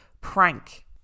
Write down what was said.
prank